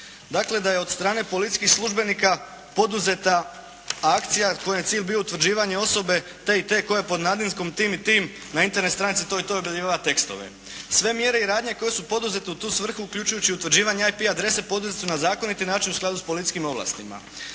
Dakle, da je od strane policijskih službenika poduzeta akcija koji je cilj bio utvrđivanje osobe te i te koja je pod nadimkom tim i tim na Internet stranici toj i toj objavljivala tekstove. Sve mjere i radnje koje su poduzete u tu svrhu uključujući i utvrđivanje IP adrese poduzete su na zakoniti način u skladu s policijskim ovlastima.